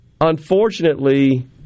Unfortunately